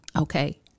Okay